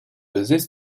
besitz